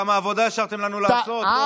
כמה עבודה השארתם לנו לעשות.